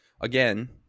Again